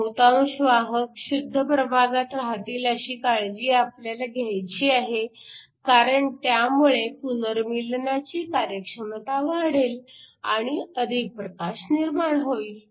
बहुतांश वाहक शुद्ध प्रभागात राहतील अशी काळजी आपण घ्यायची आहे कारण त्यामुळे पुनर्मीलनाची कार्यक्षमता वाढेल आणि अधिक प्रकाश निर्माण होईल